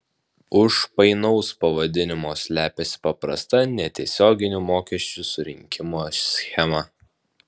už painaus pavadinimo slepiasi paprasta netiesioginių mokesčių surinkimo schema